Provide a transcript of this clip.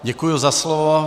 Děkuji za slovo.